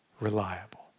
reliable